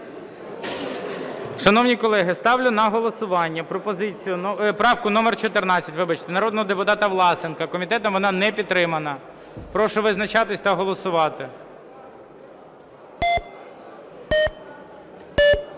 Шановні колеги, ставлю на голосування пропозицію... правку номер 14, вибачте, народного депутата Власенка. Комітетом вона не підтримана. Прошу визначатися та голосувати.